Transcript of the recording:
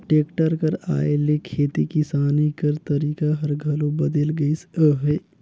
tractor कर आए ले खेती किसानी कर तरीका हर घलो बदेल गइस अहे